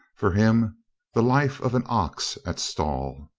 for him the life of an ox at stall.